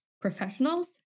professionals